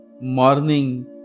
Morning